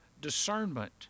discernment